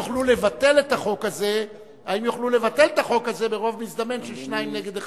האם יוכלו לבטל את החוק הזה ברוב מזדמן של שניים נגד אחד?